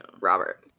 Robert